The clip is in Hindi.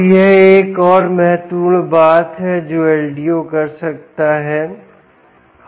तो यह एक और महत्वपूर्ण बात है जो LDO कर सकता है